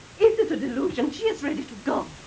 is it delusion she is ready to go.